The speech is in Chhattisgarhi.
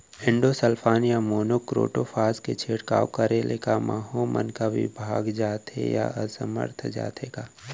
इंडोसल्फान या मोनो क्रोटोफास के छिड़काव करे ले क माहो मन का विभाग जाथे या असमर्थ जाथे का?